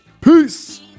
Peace